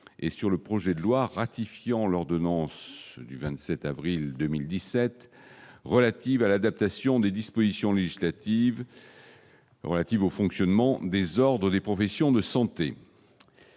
et sur le projet de loi ratifiant l'ordonnance du 27 avril 2017 relative à l'adaptation des dispositions législatives. Relatives au fonctionnement des ordres des professions de santé.